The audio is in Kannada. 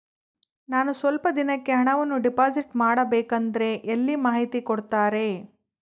ನಾನು ಸ್ವಲ್ಪ ದಿನಕ್ಕೆ ಹಣವನ್ನು ಡಿಪಾಸಿಟ್ ಮಾಡಬೇಕಂದ್ರೆ ಎಲ್ಲಿ ಮಾಹಿತಿ ಕೊಡ್ತಾರೆ?